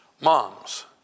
moms